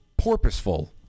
Porpoiseful